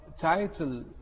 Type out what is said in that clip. title